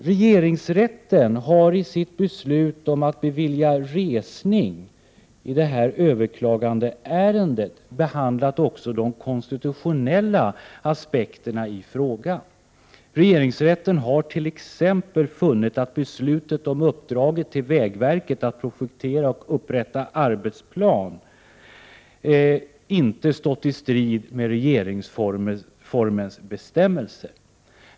Regeringsrätten har i sitt beslut om att bevilja resning i överklagandeärendet behandlat också de konstitutionella aspekterna i frågan. Regeringsrätten har t.ex. funnit att beslutet om uppdraget till vägverket att projektera och upprätta arbetsplan inte står i strid med regeringsformens bestämmelse.